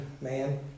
man